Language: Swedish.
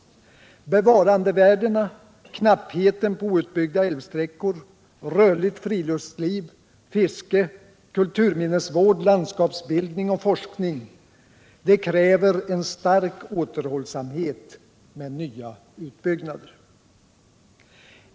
Bevarandevärdena, knappheten på outbyggda älvsträckor, rörligt friluftsliv, fiske, kulturminnesvård, landskapsbildning och forskning kräver en stark återhållsamhet med nya utbyggnader.